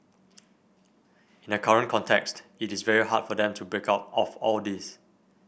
in the current context it's very hard for them to break out of all this